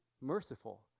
merciful